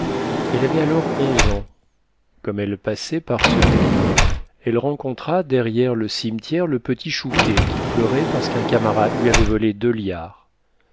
jour elle avait alors onze ans comme elle passait par ce pays elle rencontra derrière le cimetière le petit chouquet qui pleurait parce qu'un camarade lui avait volé deux liards